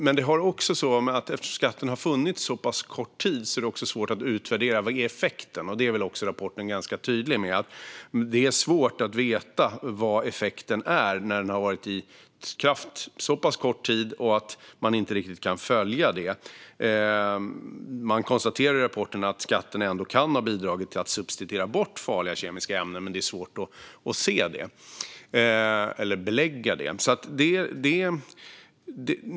Men rapporten är också tydlig med att eftersom skatten funnits så kort tid är det svårt att utvärdera effekten av den. Man konstaterar ändå att skatten kan ha bidragit till att substituera bort farliga kemiska ämnen men att det är svårt att belägga det.